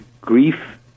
grief